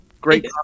Great